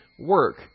work